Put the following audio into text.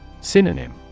Synonym